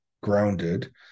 grounded